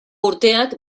urteak